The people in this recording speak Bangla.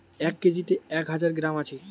এক কেজিতে এক হাজার গ্রাম আছে